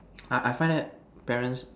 I I find that parents